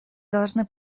должны